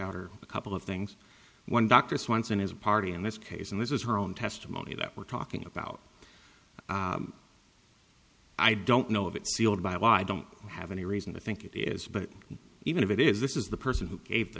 out are a couple of things one dr swanson is a party in this case and this is her own testimony that we're talking about i don't know if it's sealed by i don't have any reason to think it is but even if it is this is the person who gave the